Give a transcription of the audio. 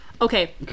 okay